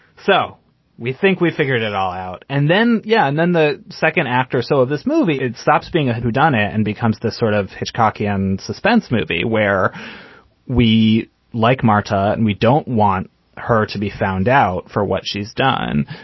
so we think we've figured it all out. and then. yeah. and then the second act or so of this movie, it stops being a whodunit and becomes this sort of hitchcockian suspense movie where we like marta and we don't want her to be found out for what she's done.